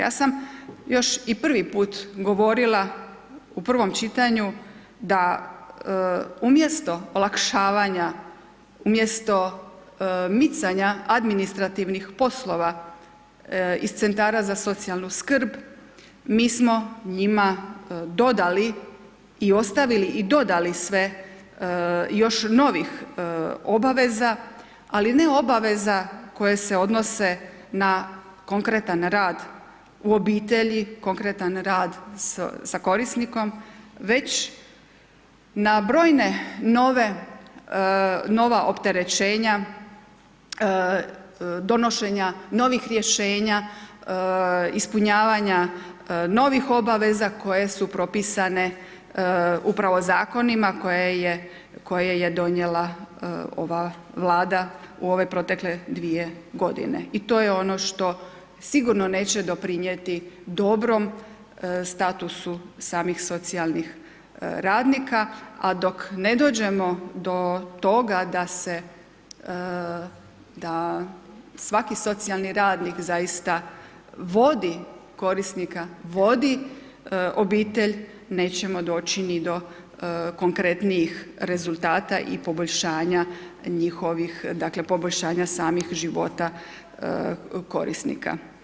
Ja sam još i prvi puta govorila u prvom čitanju, da umjesto olakšavanja, umjesto micanja administrativnih poslova iz centara za socijalnu skrb mi smo njima dodali i ostavili i dodali sve još novih obaveza ali ne obaveza koje se odnose na konkretan rad u obitelji, konkretan rad sa korisnikom, već na brojna nova opterećenja, donošenja novih rješenja, ispunjavanja novih obaveza koje su propisane upravo zakonima koje je donijela ova vlada u ove protekle 2 g. i to je ono što sigurno neće doprinijeti dobrom statusu samih socijalnih radnika, a dok ne dođemo do toga, da se da svaki socijalni radnik, zaista vodi korisnika, vodi obitelj, nećemo doći ni do konkretnijih rezultata i poboljšanja njihovih poboljšanja samih života korisnika.